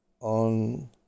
on